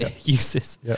uses